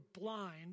blind